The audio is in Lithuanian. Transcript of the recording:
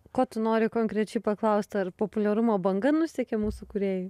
ko tu nori konkrečiai paklaust ar populiarumo banga nusekė mūsų kūrėjai